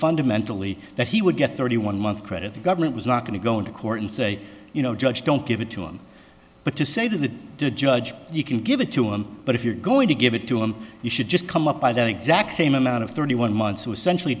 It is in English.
fundamentally that he would get thirty one month credit the government was not going to go into court and say you know judge don't give it to him but to say to the judge you can give it to him but if you're going to give it to him you should just come up by that exact same amount of thirty one months to essentially